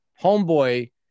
Homeboy